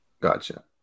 gotcha